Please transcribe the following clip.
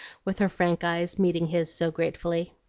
with her frank eyes meeting his so gratefully.